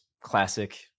classic